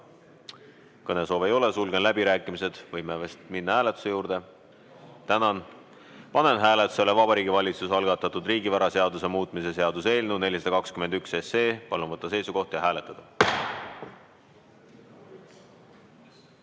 Kõnesoove ei ole. Sulgen läbirääkimised. Võime vist minna hääletuse juurde. Tänan! Panen hääletusele Vabariigi Valitsuse algatatud riigivaraseaduse muutmise seaduse eelnõu 421. Palun võtta seisukoht ja hääletada!